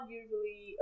usually